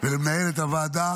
למנהלת הוועדה